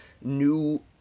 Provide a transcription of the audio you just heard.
new